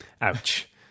Ouch